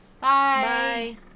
Bye